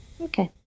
Okay